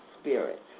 spirit